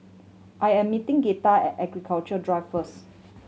I am meeting Gretta at Architecture Drive first